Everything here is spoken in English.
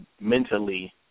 mentally